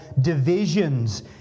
divisions